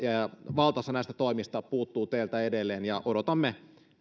valtaosa näistä toimista puuttuu teiltä edelleen ja odotamme